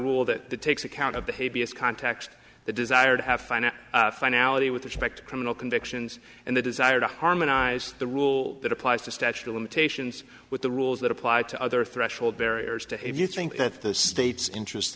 rule that takes account of behavior as context the desire to have fun and finality with respect to criminal convictions and the desire to harmonize the rule that applies to statute of limitations with the rules that apply to other threshold barriers to if you think that the state's interest